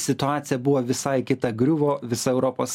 situacija buvo visai kita griuvo visa europos